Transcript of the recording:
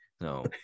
No